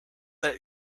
that